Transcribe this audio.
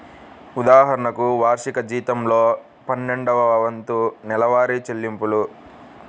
ఉదాహరణకు, వార్షిక జీతంలో పన్నెండవ వంతు నెలవారీ చెల్లింపులు